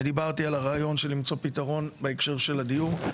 ודיברתי על הרעיון של למצוא פתרון בהקשר של הדיור.